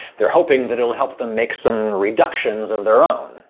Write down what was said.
they're hoping that it'll help them make some reductions of their own.